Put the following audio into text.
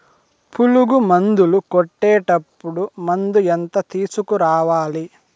పులుగు మందులు కొట్టేటప్పుడు మందు ఎంత తీసుకురావాలి?